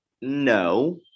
No